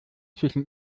zwischen